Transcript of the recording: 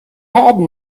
had